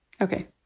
Okay